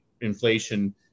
Inflation